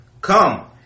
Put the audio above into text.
Come